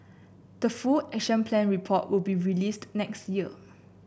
the full Action Plan report will be released next year